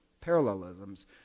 parallelisms